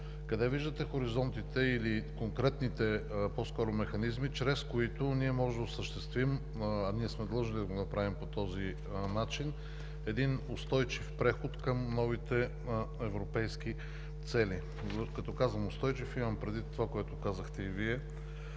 къде виждате хоризонтите или конкретните по-скоро механизми, чрез които ние можем да осъществим, а ние сме длъжни да го направим по този начин, един устойчив преход към новите европейски цели? Като казвам „устойчив“, имам предвид това, което казахте и Вие